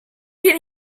can